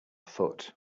foot